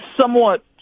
somewhat